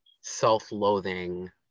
self-loathing